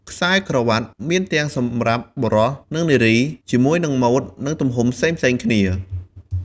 ខ្សែក្រវាត់ មានទាំងសម្រាប់បុរស និងនារី ជាមួយនឹងម៉ូដ និងទំហំផ្សេងៗគ្នា។